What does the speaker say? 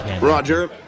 Roger